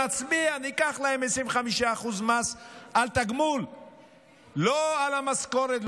נצביע, ניקח להם 25% מס, על תגמול, לא על המשכורת.